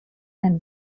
and